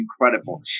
incredible